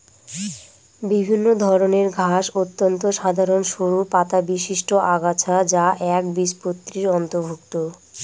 বিভিন্ন ধরনের ঘাস অত্যন্ত সাধারন সরু পাতাবিশিষ্ট আগাছা যা একবীজপত্রীর অন্তর্ভুক্ত